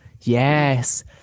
Yes